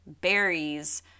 berries